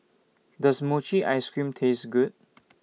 Does Mochi Ice Cream Taste Good